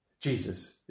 Jesus